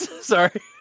Sorry